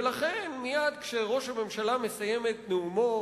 ולכן מייד כשראש הממשלה מסיים את נאומו